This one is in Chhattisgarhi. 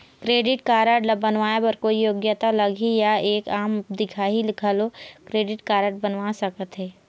क्रेडिट कारड ला बनवाए बर कोई योग्यता लगही या एक आम दिखाही घलो क्रेडिट कारड बनवा सका थे?